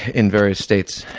in various states.